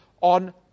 on